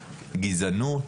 גזענות.